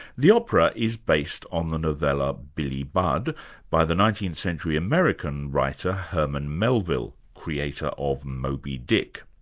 the opera is based on the novella billy budd by the nineteenth century american writer, herman melville, creator of moby dick.